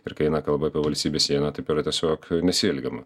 ir kai eina kalba apie valstybės sieną taip yra tiesiog nesielgiama